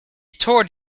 toured